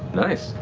nice.